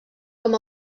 com